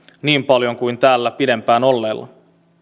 niin paljon kuin täällä pidempään olleella